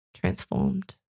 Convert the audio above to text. transformed